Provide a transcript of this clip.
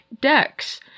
decks